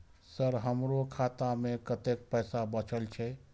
Sir हमरो खाता में कतेक पैसा बचल छे?